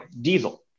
diesel